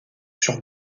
sur